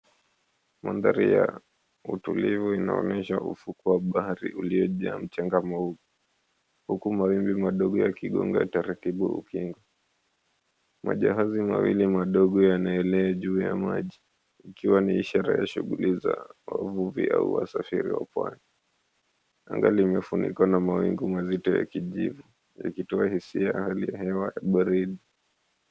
Mandhari ya utulivu inaonyesha ufuko wa bahari uliojaa mchanga mweupe. Huku mawimbi madogo yakigonga taratibu ukingo. Majahazi mawili madogo yanaelea juu ya maji ikiwa ni ishara ya shughuli za uvivu au wa usafiri wa pwani. Anga limefunikwa na mawingu mazito ya kijivu ikitoa hisia hali ya hewa baridi.